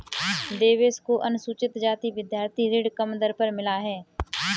देवेश को अनुसूचित जाति विद्यार्थी ऋण कम दर पर मिला है